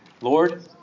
Lord